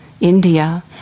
India